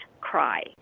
cry